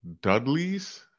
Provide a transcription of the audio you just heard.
Dudleys